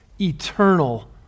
eternal